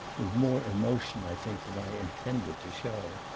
with more emotion, i think, than i intended to show.